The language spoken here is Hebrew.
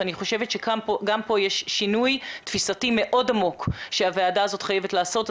אני חושבת שגם כאן יש שינוי תפיסתי מאוד עמוק שהוועדה הזאת חייבת לעשות.